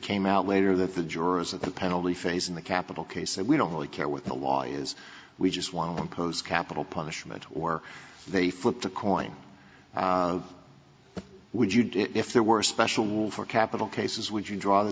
came out later that the jurors in the penalty phase in the capital case that we don't really care what the law is we just want to impose capital punishment or they flip the coin but would you do if there were a special one for capital cases would you draw the